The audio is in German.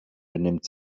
benimmt